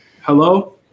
Hello